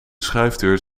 schuifdeur